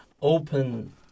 open